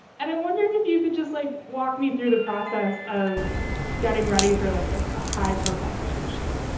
and i'm wondering if you could just like walk me through the process of getting ready for, like, a ah high profile photo shoot.